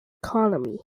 economy